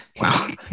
Wow